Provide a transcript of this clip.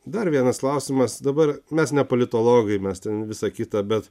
dar vienas klausimas dabar mes ne politologai mes ten visą kitą bet